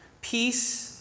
Peace